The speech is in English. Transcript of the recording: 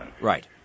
Right